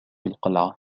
القلعة